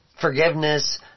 forgiveness